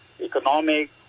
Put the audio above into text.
economic